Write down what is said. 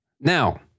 Now